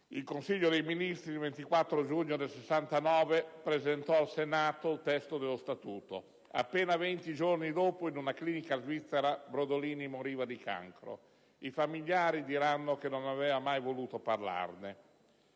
Il Consiglio dei ministri, il 24 giugno 1969, presentò al Senato il testo dello Statuto. Appena venti giorni dopo, in una clinica svizzera, Brodolini moriva di cancro. I familiari diranno che non aveva mai voluto parlarne.